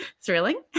thrilling